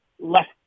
left